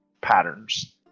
patterns